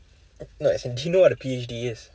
no as in do you know what a P_H_D is